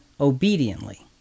obediently